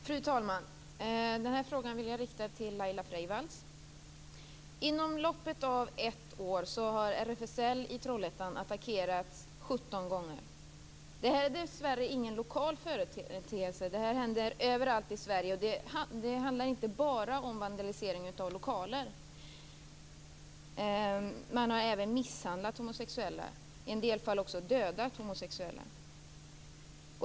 Fru talman! Den här frågan vill jag rikta till Laila Inom loppet av ett år har RFSL i Trollhättan attackerats 17 gånger. Det här är dessvärre ingen lokal företeelse utan det händer överallt i Sverige. Det handlar inte bara om vandaliseringen av lokaler. Man har även misshandlat homosexuella. En del har dödat homosexuella.